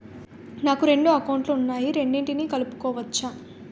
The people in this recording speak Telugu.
నాకు రెండు అకౌంట్ లు ఉన్నాయి రెండిటినీ కలుపుకోవచ్చా?